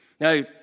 Now